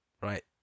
Right